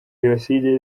jenoside